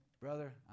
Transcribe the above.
Brother